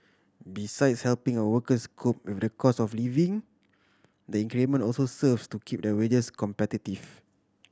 besides helping our workers cope with the cost of living the increment also serves to keep their wages competitive